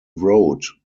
wrote